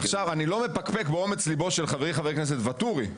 54. אני לא מפקפק באומץ ליבו של חברי חבר הכנסת ואטורי,